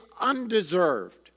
undeserved